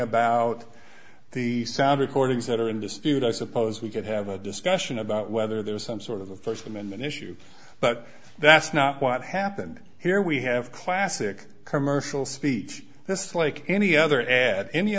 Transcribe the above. about the sound recordings that are in dispute i suppose we could have a discussion about whether there is some sort of a st amendment issue but that's not what happened here we have classic commercial speech just like any other ad any